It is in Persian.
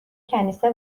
کنیسه